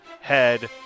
head